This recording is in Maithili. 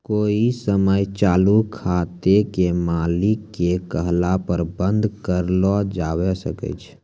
कोइ समय चालू खाते के मालिक के कहला पर बन्द कर लो जावै सकै छै